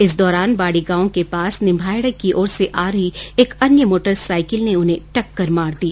इस दौरान बाड़ी गांव के पास निम्बाहेडा की ओर से आ रही एक अन्य मोटरसाईकिल ने उन्हें टक्कर मार दी